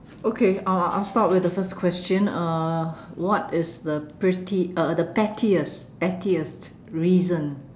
okay I'll I'll start with the first question uh what is the pretty uh the pettiest pettiest reason